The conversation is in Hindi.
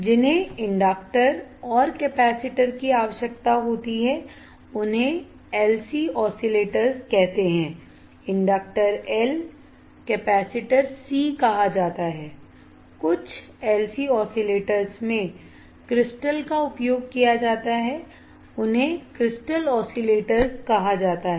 जिन्हें इंडक्टर और कैपेसिटर की आवश्यकता होती है उन्हें LC ऑसिलेटर्स कहते हैं इंडक्टर L कैपेसिटर C कहा जाता है कुछ LC ऑसिलेटर्स में क्रिस्टल का उपयोग किया जाता है उन्हें क्रिस्टल ऑसिलेटर्स कहा जाता है